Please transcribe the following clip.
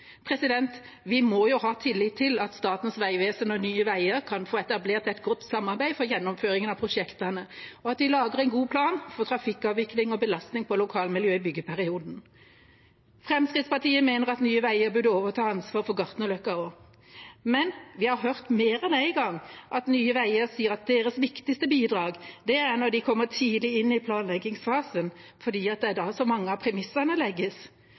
Vi må jo ha tillit til at Statens vegvesen og Nye Veier kan få etablert et godt samarbeid for gjennomføringen av prosjektene, og at de lager en god plan for trafikkavvikling og belastning på lokalmiljøet i byggeperioden. Fremskrittspartiet mener at Nye Veier burde overta ansvaret for Gartnerløkka også. Men vi har hørt mer enn en gang at Nye Veier sier at deres viktigste bidrag er når de kommer tidlig inn i planleggingsfasen, fordi det er da så mange av premissene legges.